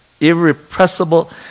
irrepressible